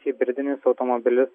hibridinis automobilis